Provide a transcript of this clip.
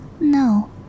No